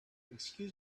excuse